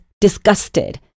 disgusted